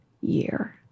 year